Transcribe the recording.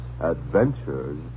Adventures